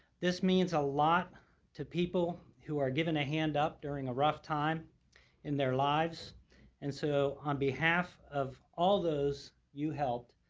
this means a lot to people who are given a hand up during a rough time in their lives and so on behalf of all those you help,